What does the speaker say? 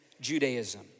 Judaism